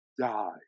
die